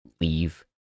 leave